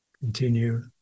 continue